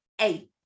eight